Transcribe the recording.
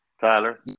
Tyler